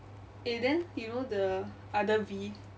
eh then you know the other V